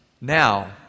now